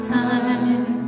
time